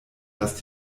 dass